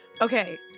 Okay